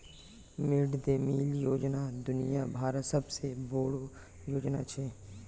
mid day meal योजना दुनिया भरत सबसे बोडो योजना छे